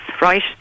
right